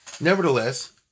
Nevertheless